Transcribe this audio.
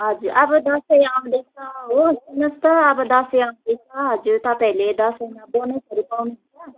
हजुर अब दसैँ आउँदैछ हो सुन्नुहोस् त अब दसैँ आउँदैछ हजुर तपाईँहरूले दसैँमा बोनसहरू पाउनुहुन्छ